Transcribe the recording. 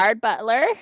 Butler